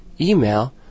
email